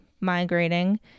migrating